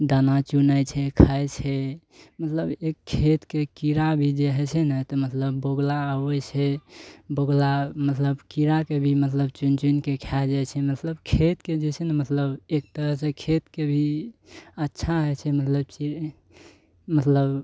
दाना चुनै छै खाइ छै मतलब एक खेतके कीड़ा भी जे होइ छै ने तऽ मतलब बोगुला आबै छै बोगुला मतलब कीड़ाके भी मतलब चुनि चुनिके खा जाइ छै मतलब खेतके जे छै ने मतलब एक तरह से खेतके भी अच्छा होइ छै मतलब